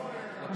בבקשה.